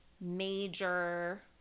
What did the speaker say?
major